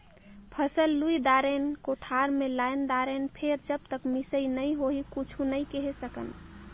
फसल लुई दारेन, कोठार मे लायन दारेन फेर जब तक मिसई नइ होही कुछु नइ केहे सकन